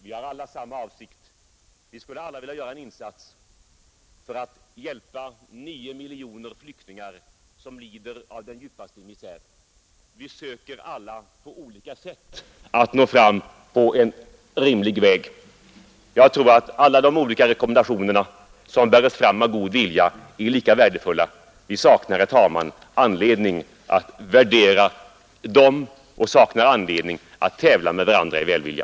Vi har alla samma avsikt: vi skulle alla vilja göra en insats för att hjälpa nio miljoner flyktingar som lider av den djupaste misär. Vi söker alla på olika sätt att nå fram till en rimlig metod. Jag tror att alla de olika rekommendationer som bärs fram av en god vilja är lika värdefulla. Vi saknar, herr talman, anledning att värdera dem och saknar anledning att tävla med varandra i välvilja.